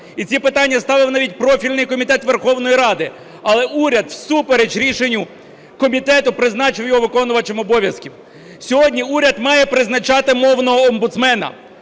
І ці питання ставив навіть профільний комітет Верховної Ради. Але уряд всупереч рішенню комітету призначив його виконувачем обов'язків. Сьогодні уряд має призначати мовного омбудсмена.